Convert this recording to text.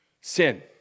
sin